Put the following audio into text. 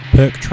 perk